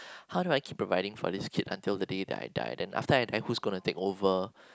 how do I keep providing for this kid until the day that I die then after I who's gonna to take over